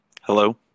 Hello